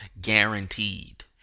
Guaranteed